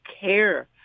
care